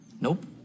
Nope